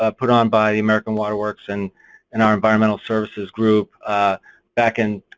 ah put on by the american water works and and our environmental services group back in,